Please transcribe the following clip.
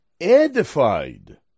edified